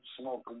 smoking